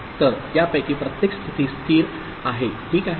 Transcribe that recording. तर यापैकी प्रत्येक स्थिती स्थिर आहे ठीक आहे